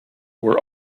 were